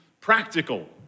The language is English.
practical